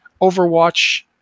overwatch